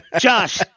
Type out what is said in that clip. Josh